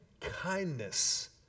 kindness